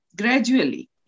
gradually